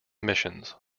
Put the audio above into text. missions